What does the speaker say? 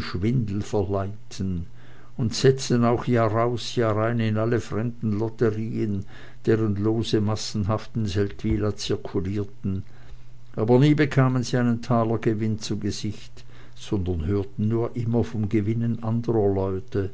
schwindel verleiten und setzten auch jahraus jahrein in alle fremden lotterien deren lose massenhaft in seldwyla zirkulierten aber nie bekamen sie einen taler gewinn zu gesicht sondern hörten nur immer vom gewinnen anderer leute